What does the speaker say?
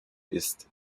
ist